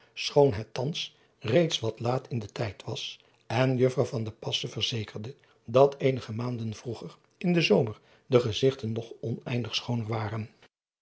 het thans reeds wat laat in den tijd was en uffrouw verzekerde dat eenige maanden vroeger in den zomer de gezigten nog oneindig schooner waren